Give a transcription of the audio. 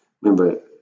remember